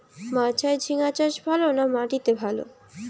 মাচায় ঝিঙ্গা চাষ ভালো না মাটিতে ভালো?